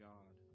God